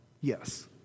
Yes